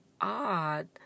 odd